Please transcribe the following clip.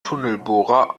tunnelbohrer